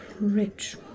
rich